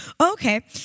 okay